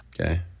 okay